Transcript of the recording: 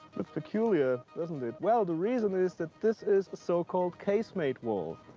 looks peculiar, doesn't it? well, the reason is that this is a so-called casemate wall.